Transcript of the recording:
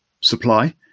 supply